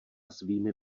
svými